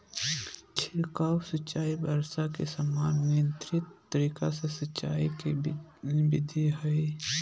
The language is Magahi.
छिड़काव सिंचाई वर्षा के समान नियंत्रित तरीका से सिंचाई के विधि हई